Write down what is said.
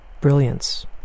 brilliance